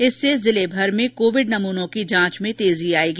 इससे जिलेभर में कोविड नमूनों की जांच में तेजी आयेगी